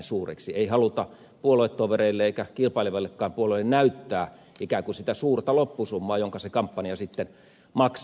ei haluta puoluetovereille eikä kilpailevillekaan puolueille näyttää ikään kuin sitä suurta loppusummaa jonka se kampanja sitten maksaa